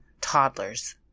toddlers